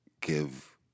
give